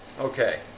Okay